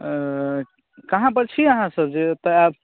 कहाँ पर छी अहाँ सब जे एतऽ आयब